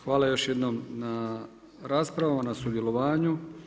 Hvala još jednom na raspravama, na sudjelovanju.